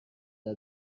چرا